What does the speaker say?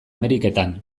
ameriketan